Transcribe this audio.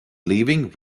leaving